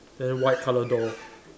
then white colour door